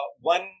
one